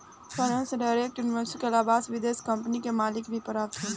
foreign direct investment में लाभांस विदेशी कंपनी के मालिक के प्राप्त होला